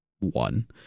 one